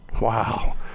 Wow